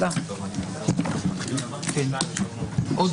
הישיבה ננעלה בשעה 13:29.